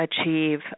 achieve